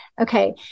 Okay